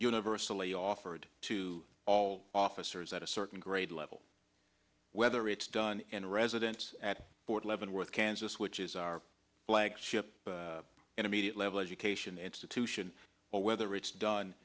universally offered to all officers at a certain grade level whether it's done in a residence at fort leavenworth kansas which is our flagship intermediate level education institution or whether it's